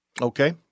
Okay